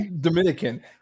dominican